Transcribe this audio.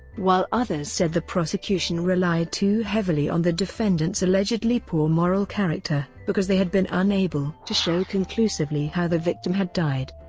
while others said the prosecution relied too heavily on the defendant's allegedly allegedly poor moral character, because they had been unable to show conclusively how the victim had died.